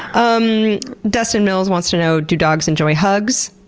um dustin mills wants to know do dogs enjoy hugs?